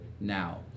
now